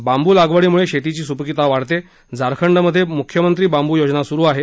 बांबू लागवडीमुळे शेतीची सुपिकता वाढते झारखंड मध्ये मुख्यमंत्री बांबू योजना सुरू आहे